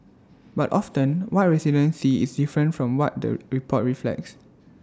but often what residents see is different from what the report reflects